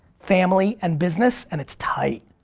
family and business, and it's tight.